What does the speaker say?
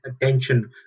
attention